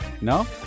no